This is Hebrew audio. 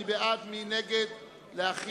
התשס"ח 2007,